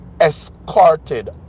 escorted